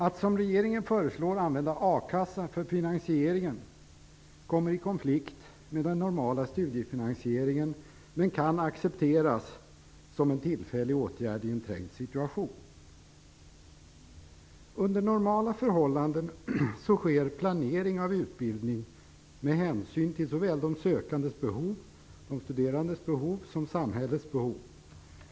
Att, som regeringen föreslår, använda a-kassan för finansieringen kommer i konflikt med den normala studiefinansieringen men kan accepteras som en tillfällig åtgärd i en trängd situation. Under normala förhållanden sker planering av utbildning med hänsyn till såväl de sökandes, de studerandes, behov som samhällets behov.